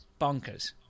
bonkers